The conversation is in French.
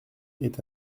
est